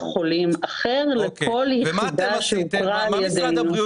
לכל יחידה שאותרה- -- ומה משרד הבריאות